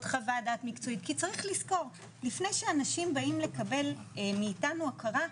חוות דעת מקצועית כי צריך לזכור לפני שאנשים באים לקבל מאתנו הכרה,